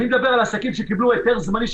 אני מדבר על עסקים שקיבלו היתר זמני,